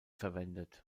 verwendet